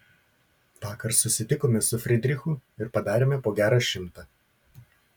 vakar susitikome su fridrichu ir padarėme po gerą šimtą